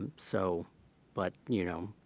and so but, you know,